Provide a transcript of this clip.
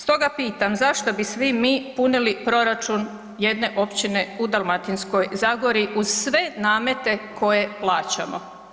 Stoga pitam, zašto bi svi mi punili proračun jedne općine u Dalmatinskoj zagori uz sve namete koje plaćamo?